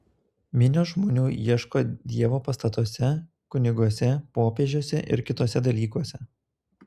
minios žmonių ieško dievo pastatuose kuniguose popiežiuose ir kituose dalykuose